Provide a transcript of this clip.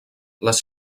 les